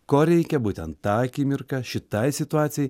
ko reikia būtent tą akimirką šitai situacijai